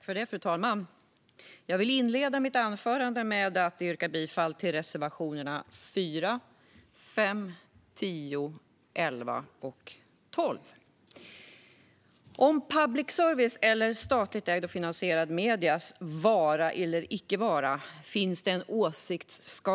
Fru talman! Jag vill inleda mitt anförande med att yrka bifall till reservationerna 4, 5, 10, 11 och 12. Om public services, eller statligt ägda och finansierade mediers, vara eller icke-vara finns det en åsiktsskala.